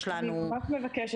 יש לנו --- אני ממש מבקשת,